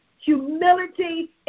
Humility